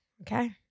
okay